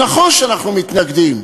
נכון שאנחנו מתנגדים.